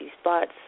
spots